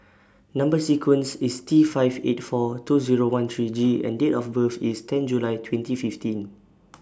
Number sequence IS T five eight four two Zero one three G and Date of birth IS ten July twenty fifteen